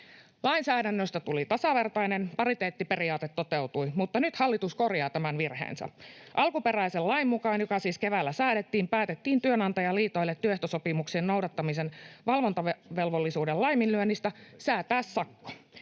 lainsäädännöstä tuli tasavertainen, pariteettiperiaate toteutui, mutta nyt hallitus korjaa tämän virheensä. Alkuperäisen lain mukaan, joka siis keväällä säädettiin, päätettiin työnantajaliitoille työehtosopimuksen noudattamisen valvontavelvollisuuden laiminlyönnistä säätää sakko,